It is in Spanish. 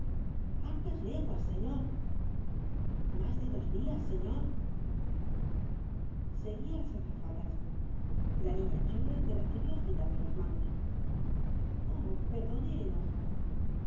hartas leguas señor más de dos días señor seguí á las azafatas la niña chole me recibió agitando las manos oh perdone el enojo su